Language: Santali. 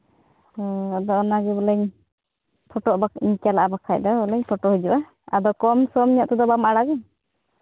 ᱟᱫᱚ ᱚᱱᱟᱜᱮ ᱵᱚᱞᱮᱧ ᱯᱷᱳᱴᱳᱜ ᱪᱟᱞᱟᱜᱼᱟ ᱵᱟᱠᱷᱟᱱ ᱫᱚ ᱵᱚᱞᱮᱧ ᱯᱷᱳᱴᱳ ᱦᱤᱡᱩᱜᱼᱟ ᱟᱫᱚ ᱠᱚᱢ ᱥᱚᱢ ᱧᱚᱜ ᱛᱮᱫᱚ ᱵᱟᱢ ᱟᱲᱟᱜᱟ